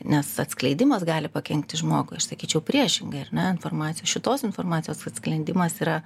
nes atskleidimas gali pakenkti žmogui aš sakyčiau priešingai ar ne informacijo šitos informacijos atskleidimas yra